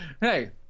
hey